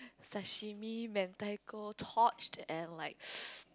sashimi mentaiko Torched and Like